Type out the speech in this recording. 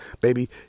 baby